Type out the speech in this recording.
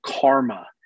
karma